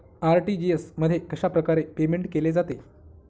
RTGS मध्ये कशाप्रकारे payment केले जाते?